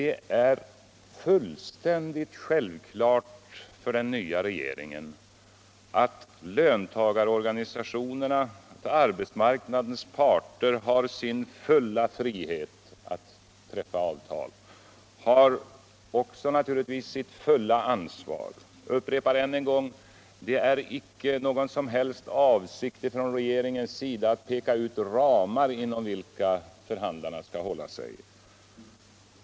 Det är fullständigt självklart för den nva regeringen att arbetsmarknadens Allmänpolitisk debatt Allmänpolitisk debatt parter har sin fulla frihet att träffa avtal, och naturligtvis sivt fulla ansvar. Regeringen har inte någon som helst avsikt att peka ut rämar inom vilka förhandlarna skall hålla sig.